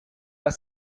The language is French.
pas